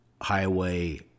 highway